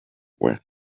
were